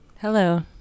Hello